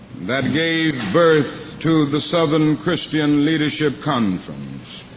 that gave birth to the southern christian leadership conference.